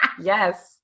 Yes